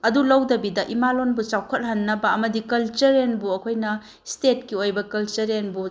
ꯑꯗꯨ ꯂꯧꯗꯕꯤꯗ ꯏꯃꯥꯂꯣꯟꯕꯨ ꯆꯥꯎꯈꯠꯍꯟꯅꯕ ꯑꯃꯗꯤ ꯀꯜꯆꯔꯦꯜꯕꯨ ꯑꯩꯈꯣꯏꯅ ꯏꯁꯇꯦꯠꯀꯤ ꯑꯣꯏꯕ ꯀꯜꯆꯔꯦꯜꯕꯨ